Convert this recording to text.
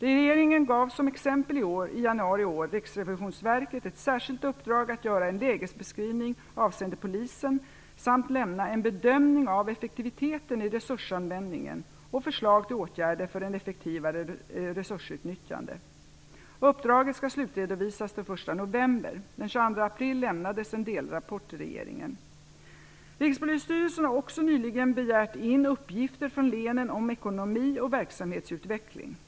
Regeringen gav som exempel i januari i år Riksrevisionsverket ett särskilt uppdrag att göra en lägesbeskrivning avseende Polisen samt lämna en bedömning av effektiviteten i resursanvändningen och förslag till åtgärder för ett effektivare resursutnyttjande. Uppdraget skall slutredovisas den 1 november. Den 22 april lämnades en delrapport till regeringen. Rikspolisstyrelsen har också nyligen begärt in uppgifter från länen om ekonomi och verksamhetsutveckling.